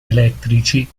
elettrici